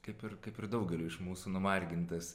kaip ir kaip ir daugelio iš mūsų numargintas